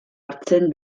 hartzen